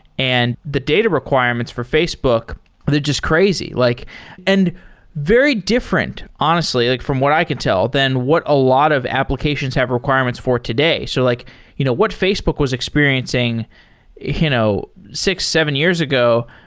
and the data requirements for facebook, they're just crazy like and very different, honestly, like from what i can tell than what a lot of applications have requirements for today. so like you know what facebook was experiencing you know six, seven years ago.